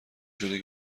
شده